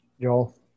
Joel